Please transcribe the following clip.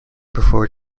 before